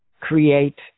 create